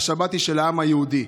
השבת היא של העם היהודי.